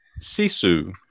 Sisu